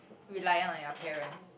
reliant on your parents